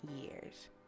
years